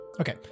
Okay